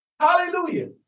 Hallelujah